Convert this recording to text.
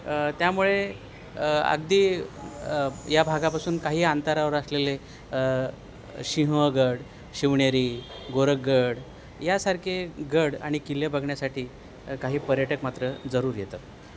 त्यामुळे अगदी या भागापासून काही अंतरावर असलेले सिंहगड शिवनेरी गोरखगड यासारखे गड आणि किल्ले बघण्यासाठी काही पर्यटक मात्र जरूर येतात